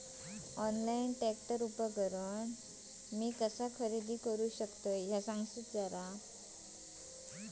Online tractor उपकरण मी कसा खरेदी करू शकतय?